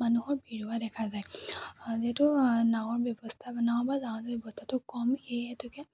মানুহৰ ভীৰ হোৱা দেখা যায় যিহেতু নাঁৱৰ ব্যৱস্থা বা নাও বা জাহাজৰ ব্যৱস্থাটো কম সেই হেতুকে